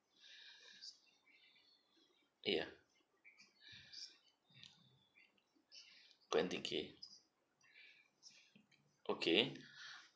ya twenty K okay